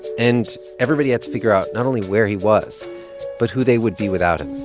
and everybody had to figure out not only where he was but who they would be without